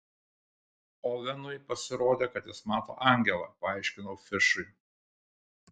ovenui pasirodė kad jis mato angelą paaiškinau fišui